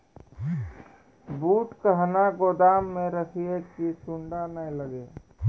बूट कहना गोदाम मे रखिए की सुंडा नए लागे?